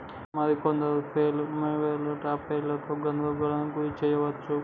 మరి కొందరు ఫ్లైల్ మోవరులను టాపెర్లతో గందరగోళానికి గురి శెయ్యవచ్చు